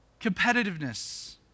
Competitiveness